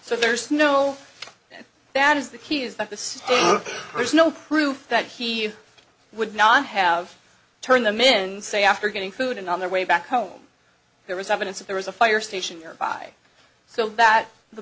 so there's no doubt is the key is that the state has no proof that he would not have turned the men say after getting food and on their way back home there was evidence that there was a fire station nearby so that the